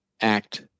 act